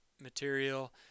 material